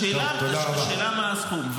השאלה היא מה הסכום.